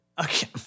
Okay